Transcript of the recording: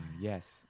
yes